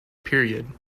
period